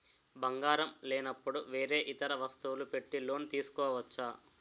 బంగారం లేనపుడు వేరే ఇతర వస్తువులు పెట్టి లోన్ తీసుకోవచ్చా?